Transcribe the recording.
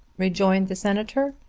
rejoined the senator.